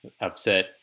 upset